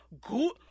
good